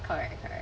correct correct